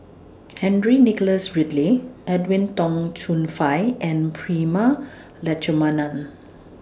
Henry Nicholas Ridley Edwin Tong Chun Fai and Prema Letchumanan